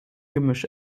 gemisch